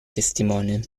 testimone